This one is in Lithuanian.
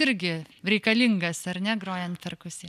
irgi reikalingas ar ne grojant perkusija